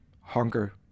hunger